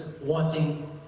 wanting